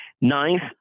Ninth